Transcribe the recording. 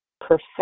perfect